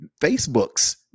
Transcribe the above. Facebook's